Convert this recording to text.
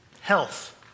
health